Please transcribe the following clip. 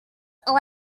are